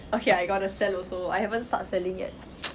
okay I got to sell also I haven't start selling yet